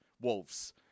Wolves